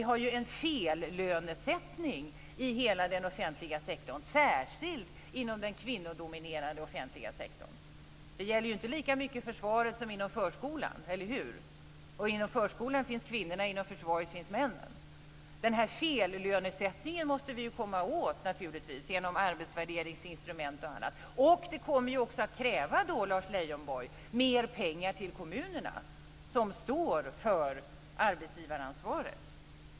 Vi har ju en fellönesättning i hela den offentliga sektorn, särskilt inom den kvinnodominerade offentliga sektorn. Det gäller ju inte lika mycket i försvaret som inom förskolan, eller hur? Inom förskolan finns kvinnorna, och inom försvaret finns männen. Den här fellönesättningen måste vi naturligtvis komma åt genom arbetsvärderingsinstrument och annat. Det kommer då också att kräva, Lars Leijonborg, mer pengar till kommunerna, som står för arbetsgivaransvaret.